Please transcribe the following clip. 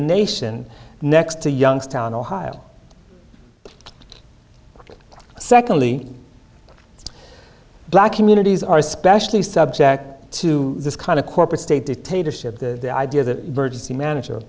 nation next to youngstown ohio secondly black communities are especially subject to this kind of corporate state dictatorship the idea that